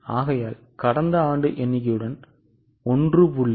எனவே கடந்த ஆண்டு எண்ணிக்கையுடன் 1